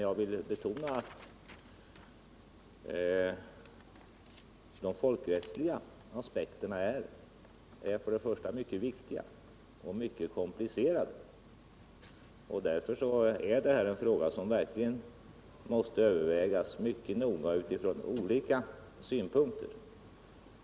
Jag vill betona att de folkrättsliga aspekterna är mycket viktiga och mycket komplicerade. Därför är detta en fråga som verkligen måste övervägas mycket noga utifrån olika synpunkter.